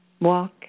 Walk